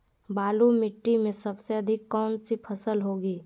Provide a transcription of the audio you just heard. बालू मिट्टी में सबसे अधिक कौन सी फसल होगी?